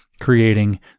creating